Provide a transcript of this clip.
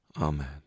Amen